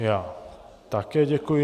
Já také děkuji.